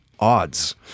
Odds